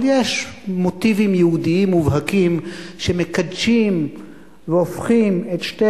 אבל יש מוטיבים יהודיים מובהקים שמקדשים והופכים את שתי